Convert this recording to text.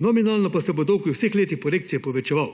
Nominalno pa se bo dolg v vseh letih projekcije povečeval,